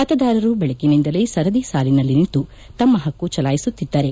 ಮತೆದಾರರು ಬೆಳಗ್ಗಿನಿಂದಲೇ ಸರದಿ ಸಾಲಿನಲ್ಲಿ ನಿಂತು ತಮ್ಮ ಹಕ್ಕು ಚಲಾಯಿಸುತ್ತಿದ್ದಾರೆ